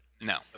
No